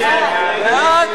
להצבעה.